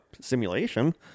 simulation